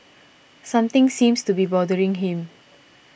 something seems to be bothering him